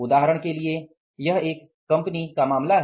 उदाहरण के लिए यह एक कंपनी का मामला है